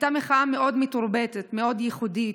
הייתה מחאה מאוד מתורבתת, מאוד ייחודית.